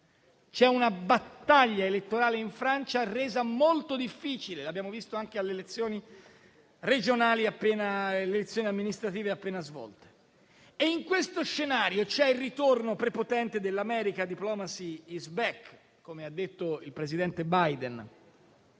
e una battaglia elettorale in Francia resa molto difficile, come abbiamo visto anche nelle elezioni amministrative appena svolte. In questo scenario, ci sono il ritorno prepotente dell'America - «*Diplomacy is back*», come ha detto il presidente Biden